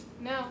No